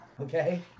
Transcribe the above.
Okay